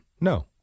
No